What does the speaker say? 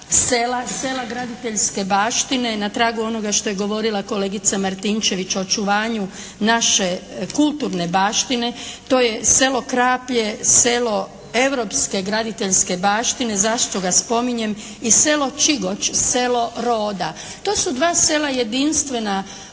sela graditeljske baštine na tragu onoga što je govorila kolegica Martinčević o očuvanju naše kulturne baštine. To je selo Kraplje, selo europske graditeljske baštine. Zašto ga spominjem i selo Čigoč, selo roda. To su dva sela jedinstvena